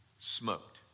smoked